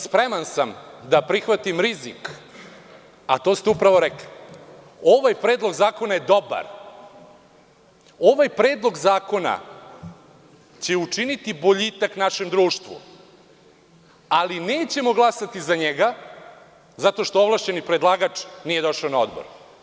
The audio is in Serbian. Spreman sam i da prihvatim rizik, a to ste upravo rekli - ovaj predlog zakona je dobar, ovaj predlog zakona će učiniti boljitak u našem društvu, ali nećemo glasati za njega zato što ovlašćeni predlagač nije došao na odbor.